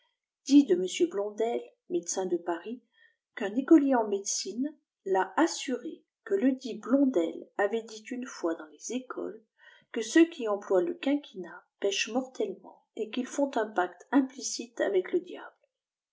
de m blondel médecin de paris qu'un écolier en médecine ta assuré que ledit blonde avait dit une fois dans les écoles que ceux qui emploient le quinquina pèchent mortellement et quilsfont un pacte implicite avec le diable